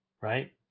right